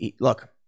look